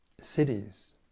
cities